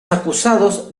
acusados